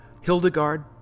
Hildegard